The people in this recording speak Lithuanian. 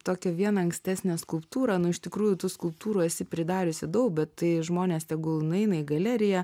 tokią vieną ankstesnę skulptūrą nu iš tikrųjų tų skulptūrų esi pridariusi daug bet tai žmonės tegul nueina į galeriją